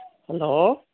hello